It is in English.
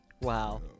Wow